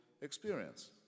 experience